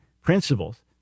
principles